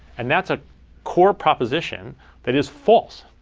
and that's a core proposition that is false.